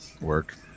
work